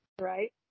Right